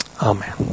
Amen